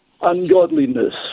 ungodliness